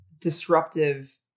disruptive